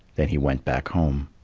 then he went back home.